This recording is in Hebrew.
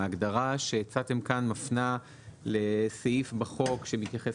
ההגדרה שהצעתם כאן מפנה לסעיף בחוק שמתייחס